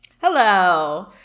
Hello